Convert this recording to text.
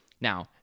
Now